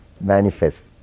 manifest